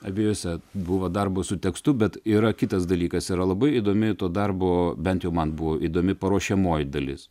abiejose buvo darbo su tekstu bet yra kitas dalykas yra labai įdomi to darbo bent jau man buvo įdomi paruošiamoji dalis